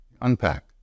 unpack